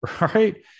right